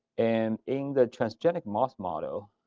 and in the transgenic mouse model,